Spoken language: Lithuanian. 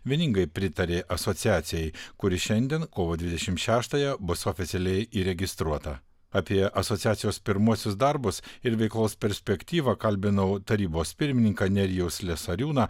vieningai pritarė asociacijai kuri šiandien kovo dvidešimt šeštąją bus oficialiai įregistruota apie asociacijos pirmuosius darbus ir veiklos perspektyvą kalbinau tarybos pirmininką nerijų slesariūną